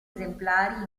esemplari